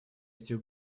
этих